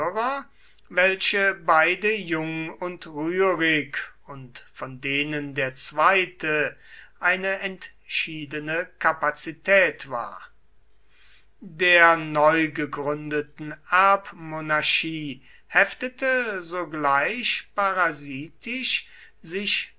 welche beide jung und rührig und von denen der zweite eine entschiedene kapazität war der neugegründeten erbmonarchie heftete sogleich parasitisch sich